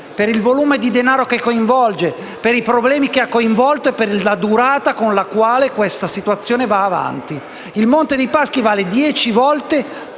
per il volume di denaro che coinvolge, per i problemi che ha creato e per la durata della situazione. Il Monte dei Paschi vale dieci volte